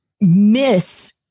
miss